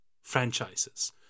franchises